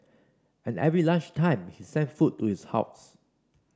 and every lunch time he sent food to his house